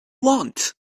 want